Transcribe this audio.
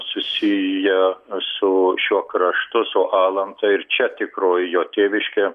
susiję su šiuo kraštu su alanta ir čia tikroji jo tėviškė